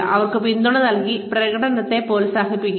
അവർക്ക് പിന്തുണ നൽകി പ്രകടനത്തെ പ്രോത്സാഹിപ്പിക്കുക